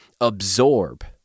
absorb